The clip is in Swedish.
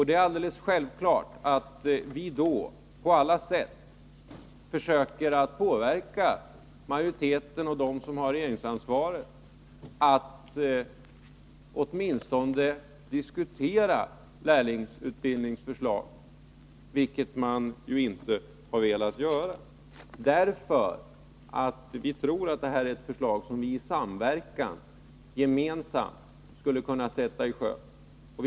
Det är alldeles självklart att vi då på alla sätt försöker påverka majoriteten och dem som har regeringsansvaret att åtminstone diskutera lärlingsutbildningsförslaget — vilket man ju inte har velat göra — därför att vi tror att detta är ett förslag som vi i samverkan gemensamt skulle kunna sätta i sjön.